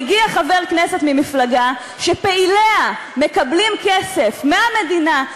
מגיע חבר כנסת ממפלגה שפעיליה מקבלים כסף מהמדינה,